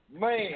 Man